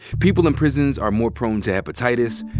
people in prisons are more prone to hepatitis,